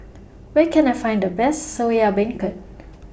Where Can I Find The Best Soya Beancurd